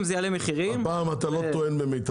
זה יעלה מחירים זה --- הפעם אתה לא טוען במיטבך,